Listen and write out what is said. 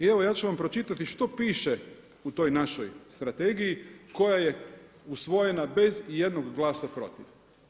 Evo ja ću vam pročitati što piše u toj našoj strategiji koja je usvojena bez ijednog glasa protiv.